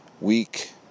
week